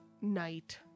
night